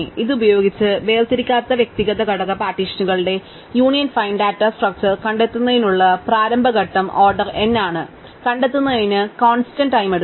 ഇതുപയോഗിച്ച് വേർതിരിക്കാത്ത വ്യക്തിഗത ഘടക പാർട്ടീഷനുകളുടെ യൂണിയൻ ഫൈൻഡ് ഡാറ്റ സ്ട്രക്ച്ചർ കണ്ടെത്തുന്നതിനുള്ള പ്രാരംഭ ഘട്ടം ഓർഡർ n ആണ് കണ്ടെത്തുന്നതിന് കോൺസ്റ്റന്റ് ടൈം എടുക്കുന്നു